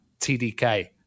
TDK